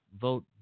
vote